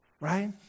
Right